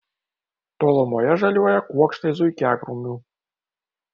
tolumoje žaliuoja kuokštai zuikiakrūmių